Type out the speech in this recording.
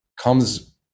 comes